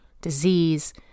disease